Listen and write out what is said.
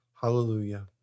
hallelujah